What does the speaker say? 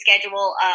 schedule